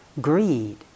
greed